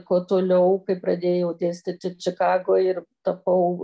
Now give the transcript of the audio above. kuo toliau kai pradėjau dėstyti čikagoj ir tapau